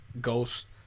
ghost